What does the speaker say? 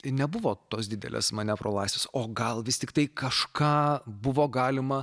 nebuvo tos didelės manevro laisvės o gal vis tiktai kažką buvo galima